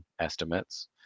estimates